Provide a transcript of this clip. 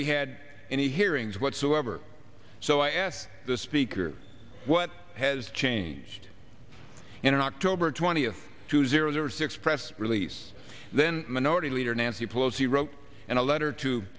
we had any hearings whatsoever so i asked the speaker what has changed in october twentieth two zero zero six press release then minority leader nancy pelosi wrote in a letter to